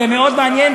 זה מאוד מעניין,